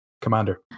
Commander